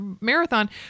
marathon